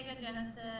Genesis